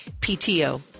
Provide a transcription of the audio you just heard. PTO